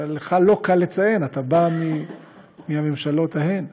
לך לא קל לציין, אתה בא מהממשלות ההן,